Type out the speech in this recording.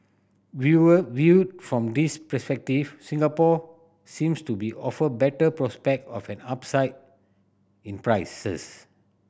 viewer viewed from this perspective Singapore seems to be offer better prospect of an upside in prices